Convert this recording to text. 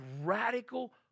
radical